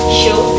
show